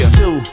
two